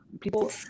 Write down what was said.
People